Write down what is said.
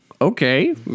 Okay